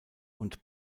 und